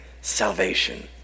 salvation